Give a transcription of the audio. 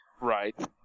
Right